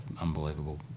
unbelievable